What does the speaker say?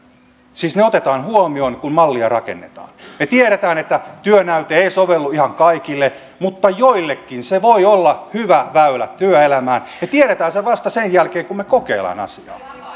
siis ne otetaan huomioon kun mallia rakennetaan me tiedämme että työnäyte ei sovellu ihan kaikille mutta joillekin se voi olla hyvä väylä työelämään me tiedämme sen vasta sen jälkeen kun me kokeilemme asiaa